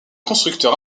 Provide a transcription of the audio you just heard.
constructeur